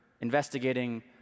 investigating